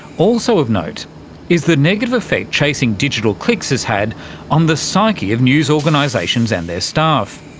also of note is the negative effect chasing digital clicks has had on the psyche of news organisations and their staff.